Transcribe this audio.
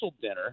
dinner